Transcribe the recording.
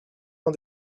ans